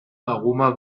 aroma